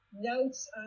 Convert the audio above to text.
notes